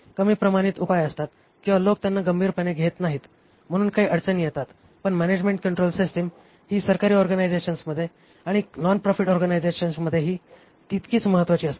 कमी प्रमाणित उपाय असतात किंवा लोक त्यांना गंभीरपणे घेत नाहीत म्हणून काही अडचणी येतात पण मॅनॅजमेण्ट कंट्रोल सिस्टीम ही सरकारी ऑर्गनायझेशन्समध्ये आणि नॉन प्रॉफिट ऑर्गनायझेशन्समध्ये देखील तितकीच महत्वाची असते